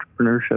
entrepreneurship